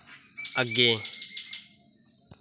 अग्गें